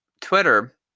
Twitter